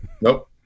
Nope